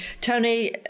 Tony